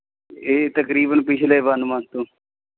ਇਹ ਤਕਰੀਬਨ ਪਿਛਲੇ ਵਨ ਮੰਥ ਤੋਂ